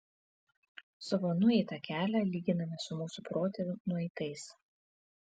savo nueitą kelią lyginame su mūsų protėvių nueitais